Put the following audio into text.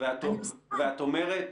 ואת אומרת,